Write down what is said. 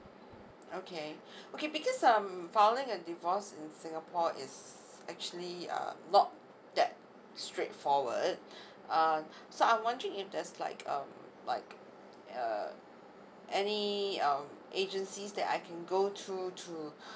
okay okay because um filing a divorce in singapore is actually uh not that straight forward uh so I'm wondering if there's like um like err any um agencies that I can go through to